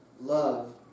Love